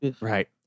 Right